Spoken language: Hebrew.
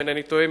אם אינני טועה,